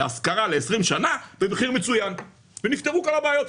להשכרה ל-20 שנה במחיר מצוין ונפתרו כל הבעיות,